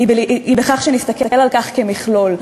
היא בכך שנסתכל על כך כמכלול,